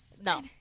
No